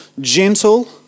gentle